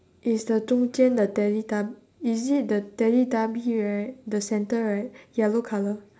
is the 中间：zhong jian the teletub~ is it the teletubbies right the center right yellow colour